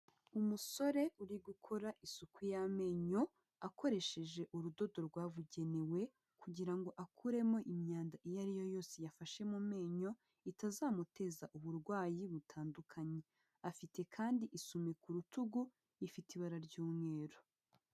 Umusore uri gukora isuku y'amenyo akoresheje urudodo rwabugenewe kugira ngo akuremo imyanda iyo ari yo yose yafashe mu menyo, itazamuteza uburwayi butandukanye, afite kandi isume ku rutugu ifite ibara ry'umweru.